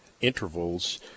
intervals